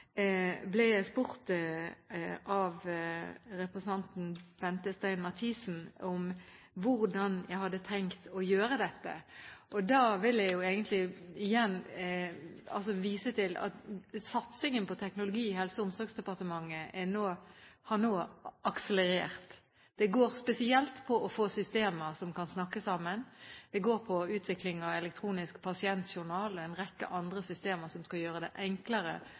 ble jeg spurt av representanten Bente Stein Mathisen om hvordan jeg hadde tenkt å gjøre dette. Da vil jeg jo egentlig igjen vise til at satsingen på teknologi i Helse- og omsorgsdepartementet nå har akselerert. Det går spesielt på å få systemer som kan «snakke sammen». Det går på utvikling av elektronisk pasientjournal og en rekke andre systemer som skal gjøre det enklere